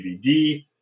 DVD